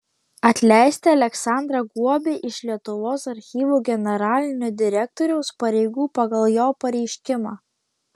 atleisti aleksandrą guobį iš lietuvos archyvų generalinio direktoriaus pareigų pagal jo pareiškimą